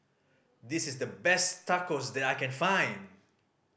this is the best Tacos that I can find